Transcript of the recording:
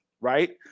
Right